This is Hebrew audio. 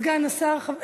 סגן השר.